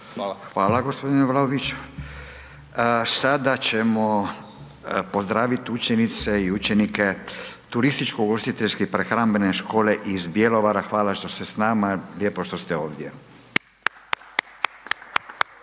Hvala g. Vlaović. Sada ćemo pozdravit učenice i učenike Turističko-ugostiteljske prehrambene škole iz Bjelovara, hvala što ste s nama, lijepo što ste